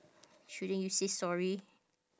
shouldn't you say sorry